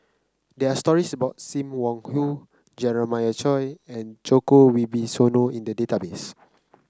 there are stories about Sim Wong Hoo Jeremiah Choy and Djoko Wibisono in the database